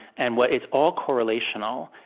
and what it's all correlational.